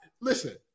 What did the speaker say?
listen